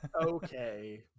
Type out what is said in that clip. okay